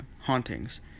hauntings